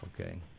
Okay